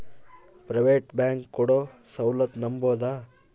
Private bank ಕೊಡೊ ಸೌಲತ್ತು ನಂಬಬೋದ?